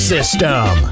System